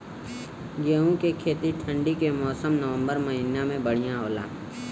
गेहूँ के खेती ठंण्डी के मौसम नवम्बर महीना में बढ़ियां होला?